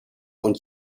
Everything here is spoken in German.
und